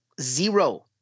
zero